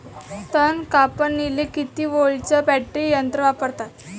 तन कापनीले किती व्होल्टचं बॅटरी यंत्र वापरतात?